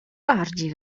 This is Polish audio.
bardziej